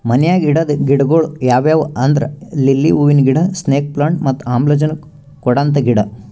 ಮನ್ಯಾಗ್ ಇಡದ್ ಗಿಡಗೊಳ್ ಯಾವ್ಯಾವ್ ಅಂದ್ರ ಲಿಲ್ಲಿ ಹೂವಿನ ಗಿಡ, ಸ್ನೇಕ್ ಪ್ಲಾಂಟ್ ಮತ್ತ್ ಆಮ್ಲಜನಕ್ ಕೊಡಂತ ಗಿಡ